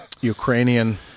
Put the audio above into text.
Ukrainian